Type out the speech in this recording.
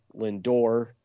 Lindor